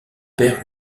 perd